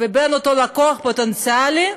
לבין אותו לקוח פוטנציאלי,